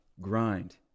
grind